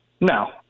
No